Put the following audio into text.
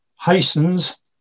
hastens